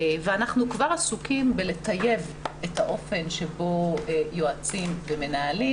ואנחנו כבר עסוקים בלטייב את האופן שבו יועצים ומנהלים